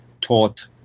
taught